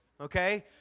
Okay